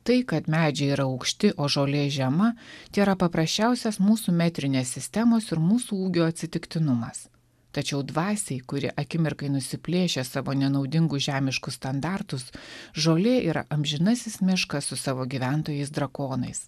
tai kad medžiai yra aukšti o žolė žema tėra paprasčiausias mūsų metrinės sistemos ir mūsų ūgio atsitiktinumas tačiau dvasiai kuri akimirkai nusiplėšė savo nenaudingus žemiškus standartus žolė yra amžinasis miškas su savo gyventojais drakonais